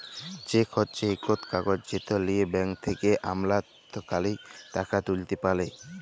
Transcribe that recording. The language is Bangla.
চ্যাক হছে ইকট কাগজ যেট লিঁয়ে ব্যাংক থ্যাকে আমলাতকারী টাকা তুইলতে পারে